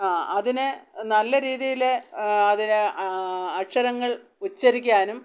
ആ അതിനെ നല്ല രീതിയിൽ അതിന് അക്ഷരങ്ങൾ ഉച്ചരിക്കാനും